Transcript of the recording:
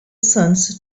suns